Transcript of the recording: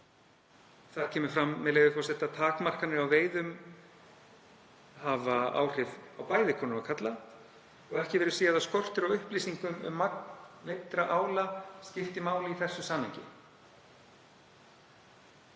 þar kemur fram, með leyfi forseta: „Takmarkanir á veiðum hafa áhrif á bæði konur og karla og ekki verður séð að skortur á upplýsingum um magn veiddra ála skipti máli í þessu samhengi.“